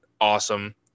awesome